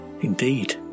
Indeed